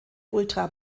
ultra